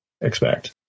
expect